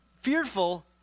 fearful